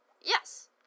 Yes